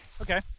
Okay